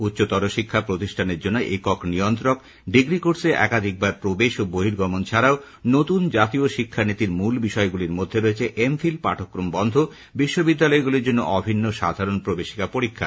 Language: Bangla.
উচ্চতর শিক্ষাপ্রতিষ্ঠানের জন্য একক নিয়ন্ত্রক ডিগ্রি কোর্সে একাধিকবার প্রবেশ ও বহির্গমন ছাড়াও নতুন জাতীয় শিক্ষানীতিটির মূল বিষয়গুলির মধ্যে রয়েছে এমফিল পাঠক্রম বন্ধ বিশ্ববিদ্যালয়গুলির জন্য অভিন্ন সাধারণ প্রবেশিকা পরীক্ষা